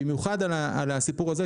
במיוחד על הסיפור הזה,